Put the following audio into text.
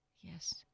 Yes